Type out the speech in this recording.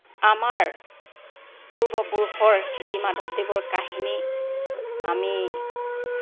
আমাৰ পূৰ্বপুৰুষৰ যি মাধৱদেৱৰ কাহিনী আমি